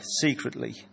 secretly